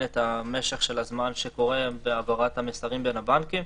את משך הזמן שקורה היום בהעברת המסרים בין הבנקים.